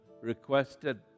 requested